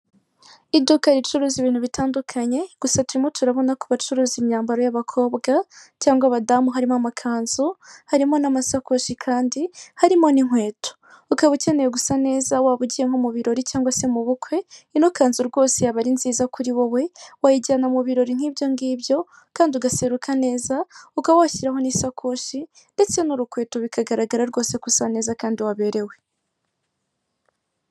iduka ricuruza ibintu bitandukanye gusa turimo turabona ko bacuruza imyambaro y'abakobwa cyangwa abadamu harimo amakanzu harimo n'amasakoshi kandi harimo n'inkweto ukaba ukeneye gusa neza waba ugiyemo mu birori cyangwa se mu bukwe inokanzu rwose yaba ari nziza kuri wowe wayijyana mu birori nk'ibyo ngibyo kandi ugaseruka neza ukaba washyiraho n'isakoshi ndetse n'urukweto bikagaragara rwose gusa neza kandi waberewe